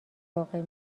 واقع